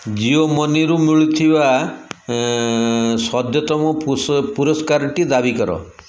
ଜିଓ ମନିରୁ ମିଳିଥିବା ସଦ୍ୟତମ ପୁସ ପୁରସ୍କାରଟି ଦାବି କର